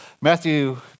Matthew